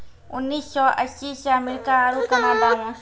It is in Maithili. उन्नीस सौ अस्सी से अमेरिका आरु कनाडा मे